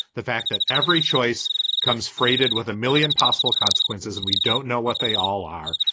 the fact that every choice comes freighted with a million possible consequences and we don't know what they all are.